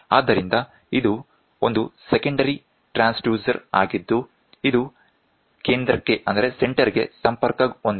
ಆದ್ದರಿಂದ ಇದು ಒಂದು ಸೆಕೆಂಡರಿ ಟ್ರಾನ್ಸ್ಡ್ಯೂಸರ್ ಆಗಿದ್ದು ಇದು ಕೇಂದ್ರಕ್ಕೆ ಸಂಪರ್ಕಹೊಂದಿದೆ